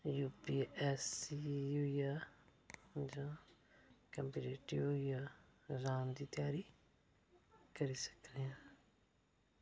UPSE होई गेआ जां कप्पीटिटब होई गेआ इंग्जाम दी त्यारी करी सकने